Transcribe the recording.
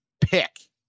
pick